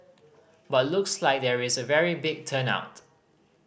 but looks like there is a very big turn out